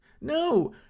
No